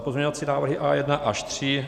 Pozměňovací návrhy A1 až 3.